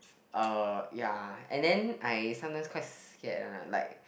uh ya and then I sometime quite scared ah like